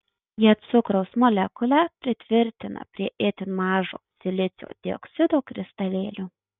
jie cukraus molekulę pritvirtina prie itin mažo silicio dioksido kristalėlio